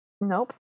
nope